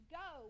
go